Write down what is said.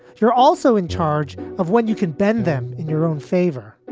you're also in charge of what you can bend them in your own favor.